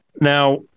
Now